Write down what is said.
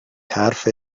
حرف